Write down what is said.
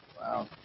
Wow